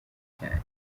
cyane